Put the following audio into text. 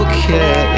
Okay